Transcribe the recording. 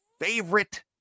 favorite